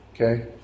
okay